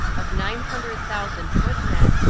of nine hundred thousand footmen,